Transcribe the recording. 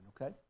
okay